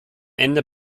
ende